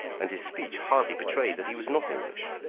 and his speech hardly betrayed that he was not english.